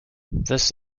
this